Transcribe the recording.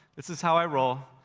this is how i roll.